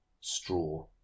straw